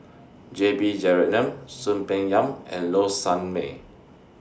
J B Jeyaretnam Soon Peng Yam and Low Sanmay